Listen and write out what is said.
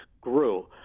grew